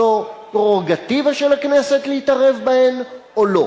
זו פררוגטיבה של הכנסת להתערב בהן, או לא?